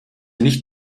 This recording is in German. nicht